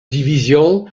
division